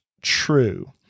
true